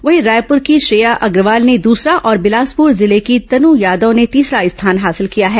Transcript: वहीं रायपूर की श्रेया अग्रवाल ने दूसरा और बिलासपुर जिले की तन यादव ने तीसरा स्थान हासिल किया है